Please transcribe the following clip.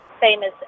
famous